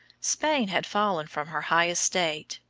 spain had fallen from her high estate,